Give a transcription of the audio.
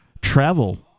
travel